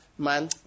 man